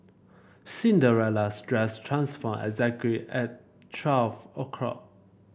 Cinderella's dress transformed exactly at twelve o'clock